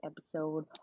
episode